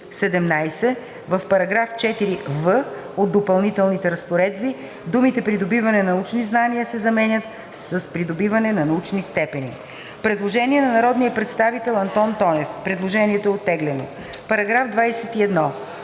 17. В § 4в от допълнителните разпоредби думите „придобиване на научни звания“ се заменят с „придобиване на научни степени“.“ Предложение на народния представител Антон Тонев. Предложението е оттеглено. Комисията